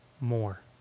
more